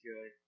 good